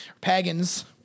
Pagans